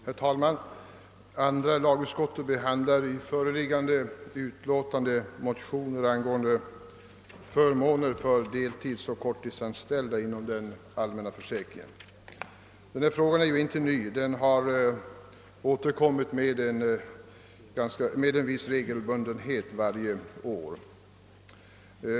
Herr talman! Andra lagutskottet behandlar i föreliggande utlåtande motioner angående förmåner för deltidsoch korttidsanställda inom den allmänna försäkringen. Denna fråga är ju inte ny; den har återkommit regelbundet varje år.